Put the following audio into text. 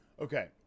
Okay